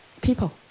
People